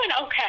okay